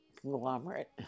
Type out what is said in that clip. conglomerate